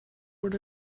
what